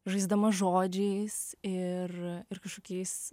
žaisdama žodžiais ir ir kažkokiais